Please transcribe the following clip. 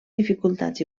dificultats